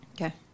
Okay